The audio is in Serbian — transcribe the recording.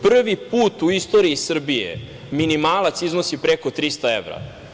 Prvi put u istoriji Srbije minimalac iznosi preko 300 evra.